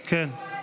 כן,